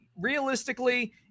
realistically